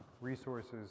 resources